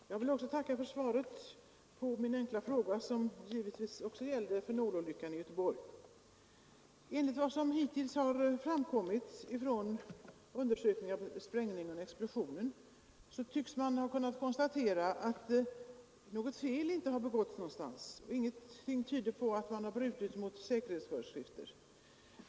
Herr talman! Jag vill tacka för svaret på min enkla fråga, som givetvis också gällde fenololyckan i Göteborg. Enligt vad som hittills har framkommit vid undersökningar av explosionen tycks inte något fel ha begåtts någonstans. Ingenting tyder på att man har brutit mot några säkerhetsföreskrifter.